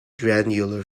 glandular